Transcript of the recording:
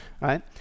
right